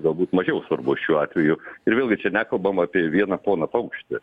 galbūt mažiau svarbu šiuo atveju ir vėlgi čia nekalbam apie vieną poną paukštį